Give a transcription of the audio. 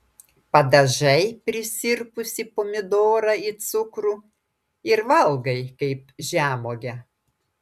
padažai prisirpusį pomidorą į cukrų ir valgai kaip žemuogę